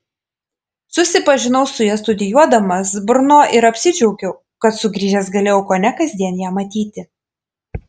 susipažinau su ja studijuodamas brno ir apsidžiaugiau kad sugrįžęs galėjau kone kasdien ją matyti